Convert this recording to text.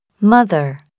Mother